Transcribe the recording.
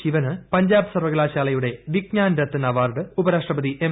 ശിവന് പഞ്ചാബ് സർവ്വകലാശാലയുടെ വിജ്ഞാൻ രത്തൻ അവാർഡ് ഉപരാഷ്ട്രപതി എം